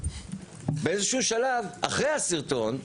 באיזשהו שלב, אחרי הסרטון השלישי,